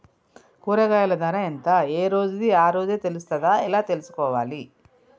కూరగాయలు ధర ఎంత ఏ రోజుది ఆ రోజే తెలుస్తదా ఎలా తెలుసుకోవాలి?